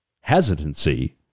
hesitancy